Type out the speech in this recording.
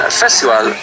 festival